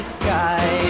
sky